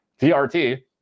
trt